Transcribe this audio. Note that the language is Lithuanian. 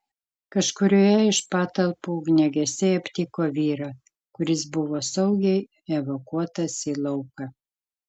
kažkurioje iš patalpų ugniagesiai aptiko vyrą kuris buvo saugiai evakuotas į lauką